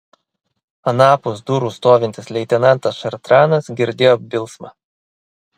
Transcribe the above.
anapus durų stovintis leitenantas šartranas girdėjo bilsmą